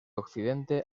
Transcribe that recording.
occidente